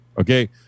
okay